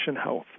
health